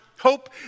Hope